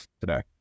today